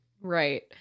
Right